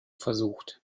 versucht